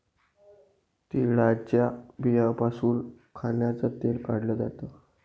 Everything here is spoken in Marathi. तिळाच्या बियांपासून खाण्याचं तेल काढल जात